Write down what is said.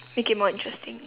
make it more interesting